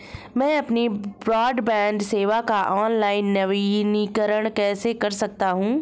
मैं अपनी ब्रॉडबैंड सेवा का ऑनलाइन नवीनीकरण कैसे कर सकता हूं?